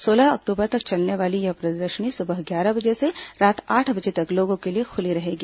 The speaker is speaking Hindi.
सोलह अक्टूबर तक चलने वाली यह प्रदर्शनी सुबह ग्यारह बजे से रात आठ बजे तक लोगों के लिए खुली रहेगी